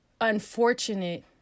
unfortunate